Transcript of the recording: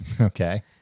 Okay